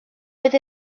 with